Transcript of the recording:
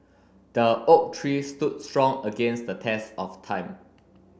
the oak tree stood strong against the test of time